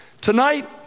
Tonight